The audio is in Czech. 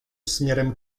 směrem